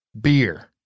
Beer